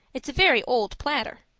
it's a very old platter.